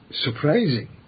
surprising